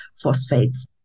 phosphates